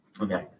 Okay